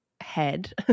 head